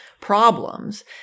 problems